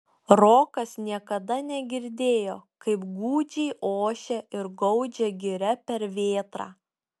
rokas niekada negirdėjo kaip gūdžiai ošia ir gaudžia giria per vėtrą